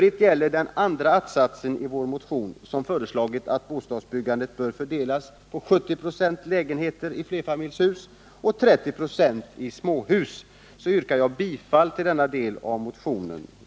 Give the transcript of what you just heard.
I den andra att-satsen av vår motion föreslås att bostadsbyggandet skall fördelas på 70 96 lägenheter i flerfamiljshus och 30 96 i småhus. Jag yrkar bifall till denna del av motionen.